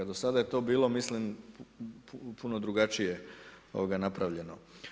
Do sada je to bilo mislim puno drugačije napravljeno.